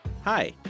Hi